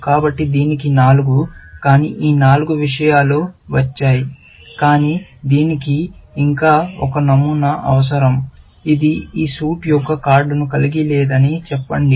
కాబట్టి దీనికి నాలుగు కానీ ఈ నాలుగు విషయాలు వచ్చాయి కానీ దీనికి ఇంకా ఒక నమూనా అవసరం ఇది ఈ సూట్ యొక్క కార్డును కలిగి లేదని చెప్పింది